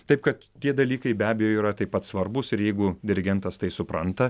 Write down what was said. taip kad tie dalykai be abejo yra taip pat svarbūs ir jeigu dirigentas tai supranta